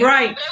Right